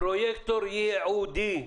פרוייקטור ייעודי.